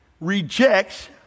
rejects